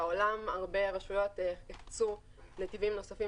בעולם הרבה רשויות הקצו נתיבים נוספים